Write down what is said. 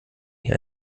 hier